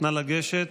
נא לגשת.